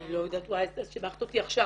אני לא יודעת, סיבכת אותי עכשיו.